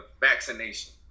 Vaccination